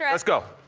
yeah let's go.